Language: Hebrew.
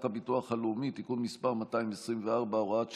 הביטוח הלאומי (תיקון מס' 224 והוראת שעה),